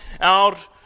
out